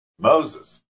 Moses